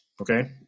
okay